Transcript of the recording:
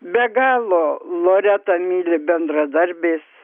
be galo loretą myli bendradarbės